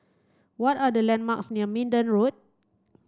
what are the landmarks near Minden Road